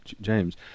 James